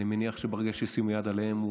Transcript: ואני מניח שברגע שישימו יד עליהם,